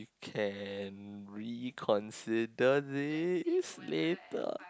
can reconsider this later